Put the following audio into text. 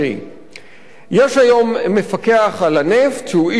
יש היום מפקח על הנפט, שהוא איש משרד התשתיות,